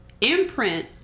imprint